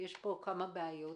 יש פה כמה בעיות.